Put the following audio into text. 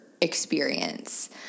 experience